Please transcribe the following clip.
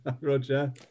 Roger